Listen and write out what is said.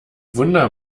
wunder